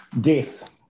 Death